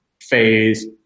phase